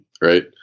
Right